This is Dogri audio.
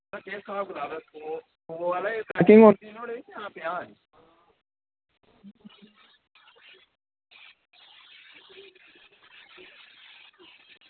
ते एह् नुहाड़ा केह् स्हाब कताब ऐ सौ आह्ली पैकिंग औंदी नुहाड़े कोल जां पंजाहं आह्ली औंदी